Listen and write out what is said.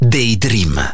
Daydream